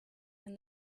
and